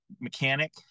mechanic